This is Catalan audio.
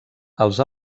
els